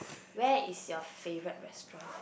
where is your favourite restaurant